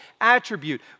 attribute